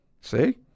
See